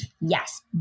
yes